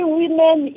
women